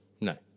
No